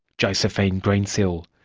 josephine greensill.